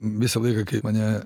visą laiką kai mane